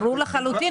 ברור לחלוטין.